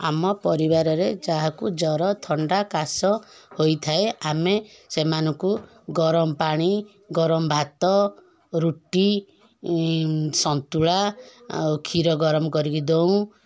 ଆମ ପରିବାରରେ ଯାହାକୁ ଜ୍ୱର ଥଣ୍ଡା କାଶ ହୋଇଥାଏ ଆମେ ସେମାନଙ୍କୁ ଗରମ ପାଣି ଗରମ ଭାତ ରୁଟି ସନ୍ତୁଳା ଆଉ କ୍ଷୀର ଗରମ କରିକି ଦଉଁ